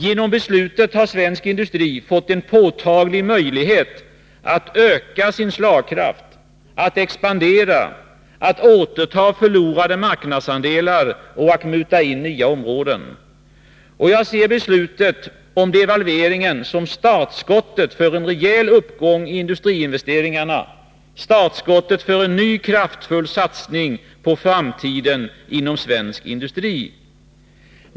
Genom beslutet har svensk industri fått en påtaglig möjlighet att öka sin slagkraft, expandera, återta förlorade marknadsandelar och muta in nya områden. Jag ser beslutet om devalveringen som startskottet för en rejäl uppgång i industriinvesteringarna, startskottet för en ny kraftfull satsning på framtiden inom svensk industri.